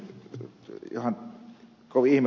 kovin ihmeeltä tuntuu